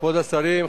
כבוד השרים,